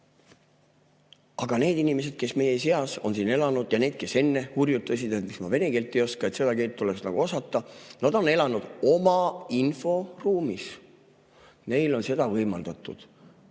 Aga need inimesed, kes meie seas on siin elanud, ja need, kes kunagi hurjutasid, et miks ma vene keelt ei oska, et seda keelt tuleks osata – nad on elanud oma inforuumis. Neile on seda võimaldatud.